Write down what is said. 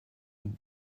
dans